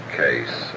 case